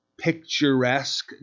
Picturesque